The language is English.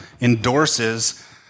endorses